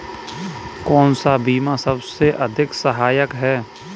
कौन सा बीमा सबसे अधिक सहायक है?